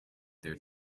their